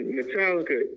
Metallica